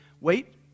wait